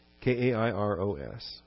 K-A-I-R-O-S